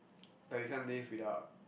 but you can't live without